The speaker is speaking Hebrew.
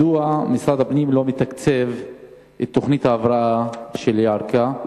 מדוע משרד הפנים לא מתקצב את תוכנית ההבראה של ירכא,